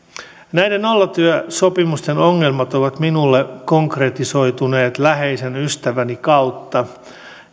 näiden nollatyösopimusten ongelmat ovat minulle konkretisoituneet läheisen ystäväni kautta